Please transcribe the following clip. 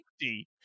safety